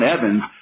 Evans